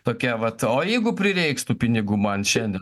tokia vat o jeigu prireiks tų pinigų man šiandien